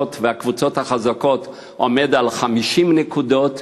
לקבוצות החזקות עומד על 50 נקודות,